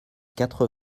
quatre